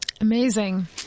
Amazing